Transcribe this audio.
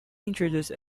introduced